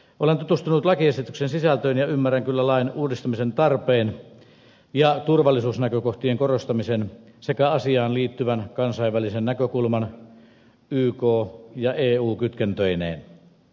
olen tutustunut lakiesityksen sisältöön ja ymmärrän kyllä lain uudistamisen tarpeen ja turvallisuusnäkökohtien korostamisen sekä asiaan liittyvän kansainvälisen näkökulman yk ja eu kytkentöineen